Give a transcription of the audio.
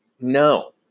No